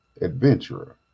adventurer